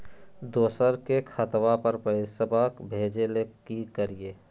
दोसर के खतवा पर पैसवा भेजे ले कि करिए?